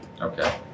Okay